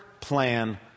plan